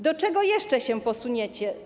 Do czego jeszcze się posuniecie?